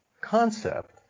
concept